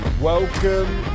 Welcome